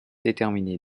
déterminé